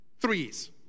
threes